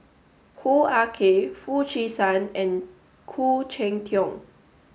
Hoo Ah Kay Foo Chee San and Khoo Cheng Tiong